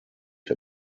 der